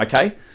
okay